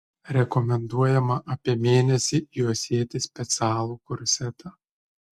rekomenduojama apie mėnesį juosėti specialų korsetą